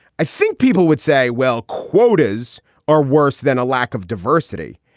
i think people would say, well, quotas are worse than a lack of diversity.